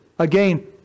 Again